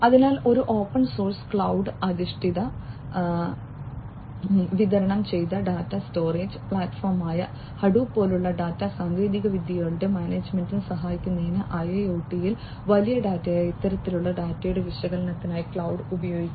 അതിനാൽ ഒരു open source cloud അധിഷ്ഠിത വിതരണം ചെയ്ത ഡാറ്റ സ്റ്റോറേജ് പ്ലാറ്റ്ഫോമായ ഹഡൂപ്പ് പോലുള്ള ഡാറ്റാ സാങ്കേതികവിദ്യകളുടെ മാനേജ്മെന്റിൽ സഹായിക്കുന്നതിന് IIoT യിൽ വലിയ ഡാറ്റയായ ഇത്തരത്തിലുള്ള ഡാറ്റയുടെ വിശകലനത്തിനായി ക്ലൌഡ് ഉപയോഗിക്കാം